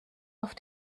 auf